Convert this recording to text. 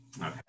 Okay